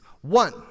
One